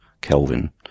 Kelvin